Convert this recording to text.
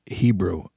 hebrew